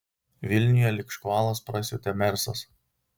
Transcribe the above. vilniuje lyg škvalas prasiautė mersas